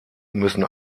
müssen